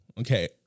Okay